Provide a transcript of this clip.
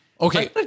okay